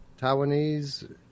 Taiwanese